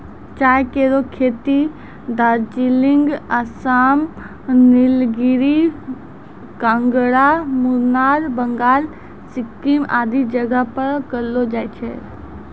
चाय केरो खेती दार्जिलिंग, आसाम, नीलगिरी, कांगड़ा, मुनार, बंगाल, सिक्किम आदि जगह पर करलो जाय छै